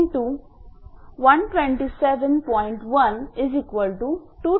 14 𝑘𝑉 हे असेल